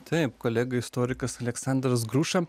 taip kolega istorikas aleksandras gruša